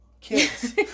kids